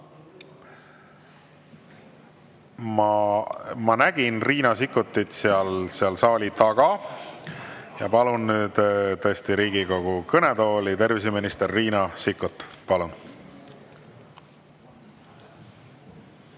Ma nägin teda seal saali taga ja palun nüüd tõesti Riigikogu kõnetooli terviseminister Riina Sikkuti. Palun!